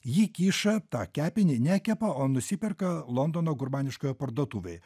ji kiša tą kepinį nekepa o nusiperka londono gurmaniškoje parduotuvėj